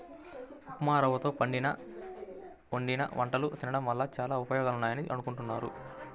ఉప్మారవ్వతో వండిన వంటలు తినడం వల్ల చానా ఉపయోగాలున్నాయని అనుకుంటున్నారు